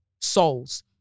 souls